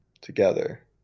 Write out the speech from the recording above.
together